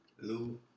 Lou